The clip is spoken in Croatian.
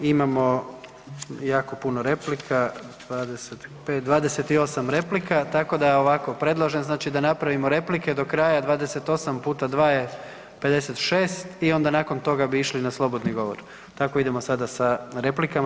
Imamo jako puno replika, 28 replika tako da ovako, predlažem da napravimo replike do kraja 28 puta 2 je 56 i onda nakon toga bi išli na slobodni govor, tako idemo sada sa replikama.